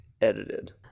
edited